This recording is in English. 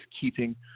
keeping